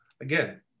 again